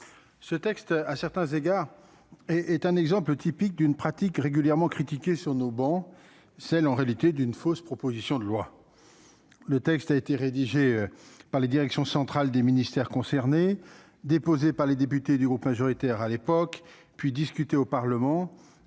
ce texte, à certains égards est est un exemple typique d'une pratique régulièrement critiqué sur nos bancs celle en réalité d'une fausse proposition de loi, le texte a été rédigé par les directions centrales des ministères concernés, déposée par les députés du groupe majoritaire à l'époque, puis discuté au Parlement,